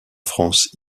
france